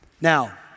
Now